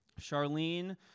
Charlene